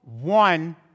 one